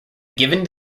given